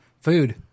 Food